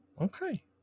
Okay